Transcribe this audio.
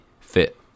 fit